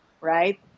right